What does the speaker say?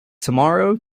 tomorrow